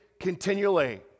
continually